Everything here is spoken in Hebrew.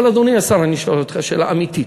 אבל, אדוני השר, אני שואל אותך שאלה אמיתית,